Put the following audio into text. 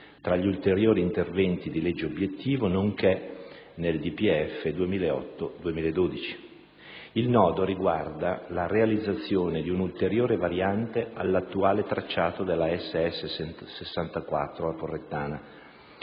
tra gli «ulteriori interventi di legge obiettivo», nonché nel DPEF 2008-2011. Il nodo riguarda la realizzazione di un'ulteriore variante all'attuale tracciato della strada statale